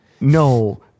No